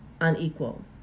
unequal